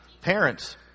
Parents